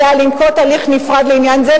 עליה לנקוט הליך נפרד לעניין זה,